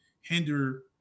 hinder